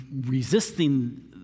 resisting